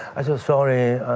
i so sorry,